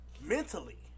mentally